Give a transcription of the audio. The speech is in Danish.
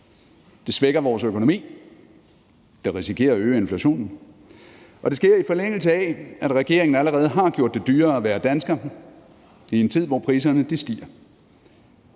Det svækker vores økonomi, det risikerer at øge inflationen, og det sker, i forlængelse af at regeringen allerede har gjort det dyrere at være dansker i en tid, hvor priserne stiger.